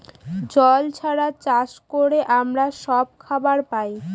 জল ছাড়া চাষ করে আমরা সব খাবার পায়